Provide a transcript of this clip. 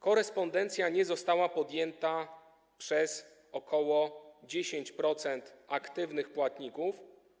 Korespondencja nie została podjęta przez ok. 10% aktywnych płatników.